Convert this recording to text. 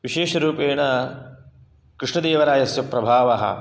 विशेषरूपेण कृष्णदेवरायस्य प्रभावः